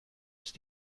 ist